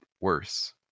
worse